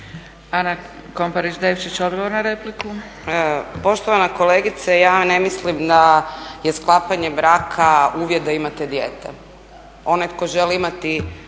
**Komparić Devčić, Ana (SDP)** Poštovana kolegice ja ne mislim da je sklapanje braka uvjet da imate dijete. Onaj tko želi imati